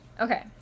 Okay